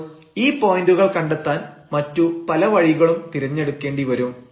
അപ്പോൾ ഈ പോയന്റുകൾ കണ്ടെത്താൻ മറ്റു പല വഴികളും തിരഞ്ഞെടുക്കേണ്ടി വരും